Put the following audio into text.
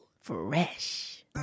fresh